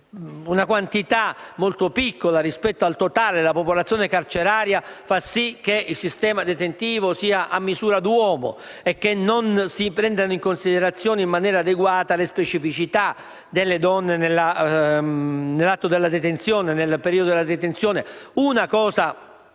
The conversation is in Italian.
una quantità molto piccola rispetto al totale della popolazione carceraria fa sì che il sistema detentivo sia a misura d'uomo e che non si prendano in considerazione in maniera adeguata le specificità delle donne nel periodo della detenzione. Una cosa